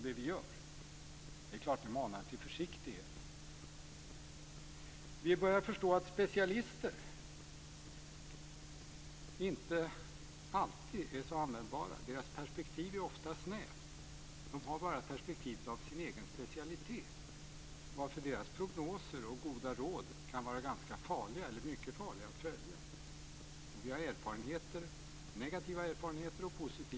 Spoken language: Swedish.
Det är klart att det manar till försiktighet. Vi börjar förstå att specialister inte alltid är så användbara. Deras perspektiv är ofta snävt. De har bara perspektivet av sin egen specialitet, varför det kan vara mycket farligt att följa deras prognoser och goda råd. Vi har både negativa och positiva erfarenheter på området.